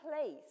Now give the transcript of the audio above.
place